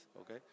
okay